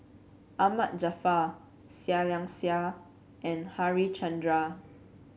Ahmad Jaafar Seah Liang Seah and Harichandra